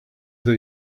that